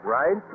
right